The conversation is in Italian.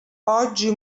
oggi